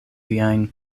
viajn